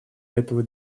этого